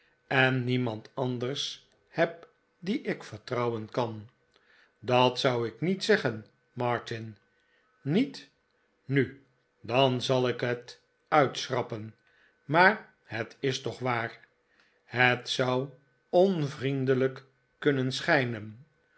en niemand anders heb dien ik vertrouwen kan dat zou ik niet zeggen martin niet nu dan zal ik het uitschrappen maar het is toch waar het zou onvriendelijk kunnen schijnen